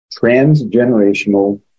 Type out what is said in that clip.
transgenerational